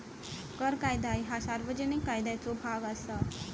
कर कायदा ह्या सार्वजनिक कायद्याचो भाग असा